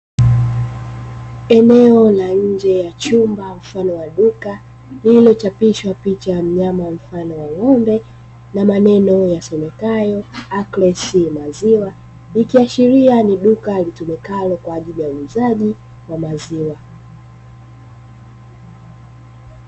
Eneo la nje ya chumba mfano wa duka lililochapishwa picha ya mnyama mfano wa ng'ombe na maneno yasomekayo, "acress maziwa" ikiashiria duka litumikalo kwa ajili ya uuzaji wa maziwa.